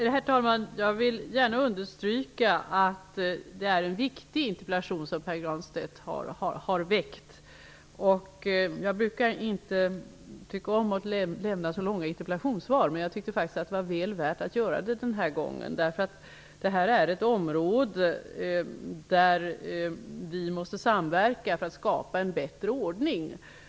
Herr talman! Jag vill gärna understryka att det är en viktig interpellation som Pär Granstedt har väckt. Jag brukar inte tycka om att lämna så långa interpellationssvar, men jag tyckte att det var väl värt att göra det den här gången. Detta är ett område där vi måste samverka för att skapa en bättre ordning.